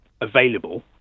available